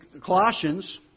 Colossians